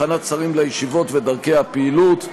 הכנת שרים לישיבות ודרכי הפעילות.